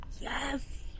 Yes